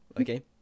Okay